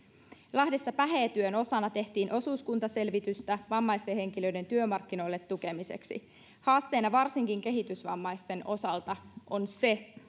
lahdessa pähee työn osana tehtiin osuuskuntaselvitystä vammaisten henkilöiden työmarkkinoille tukemiseksi haasteena varsinkin kehitysvammaisten osalta on se